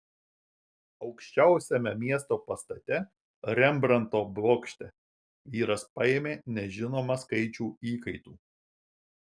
aukščiausiame miesto pastate rembrandto bokšte vyras paėmė nežinomą skaičių įkaitų